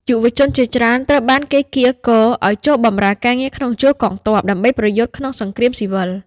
យុវជនជាច្រើនត្រូវបានគេកៀរគរឲ្យចូលបម្រើការងារក្នុងជួរកងទ័ពដើម្បីប្រយុទ្ធក្នុងសង្គ្រាមស៊ីវិល។